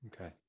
Okay